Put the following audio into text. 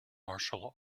martial